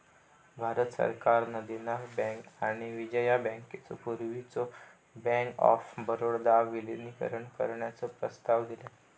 भारत सरकारान देना बँक आणि विजया बँकेचो पूर्वीच्यो बँक ऑफ बडोदात विलीनीकरण करण्याचो प्रस्ताव दिलान